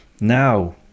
Now